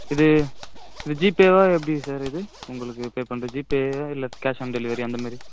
இது இது ஜிபேவா எப்படி சார் இது உங்களுக்கு பே பண்ணுறது ஜிபேவா இல்லை கேஷ் ஆன் டெலிவரி அந்த மாதிரி